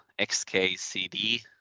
xkcd